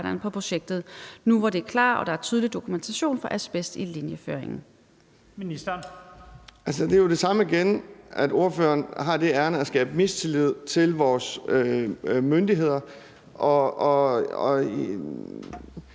Det er jo det samme igen, altså at spørgeren har det ærinde at skabe mistillid til vores myndigheder.